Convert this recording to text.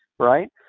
right?